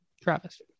Travis